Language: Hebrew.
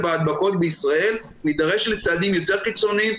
ההדבקות בישראל נידרש לצעדים יותר קיצוניים.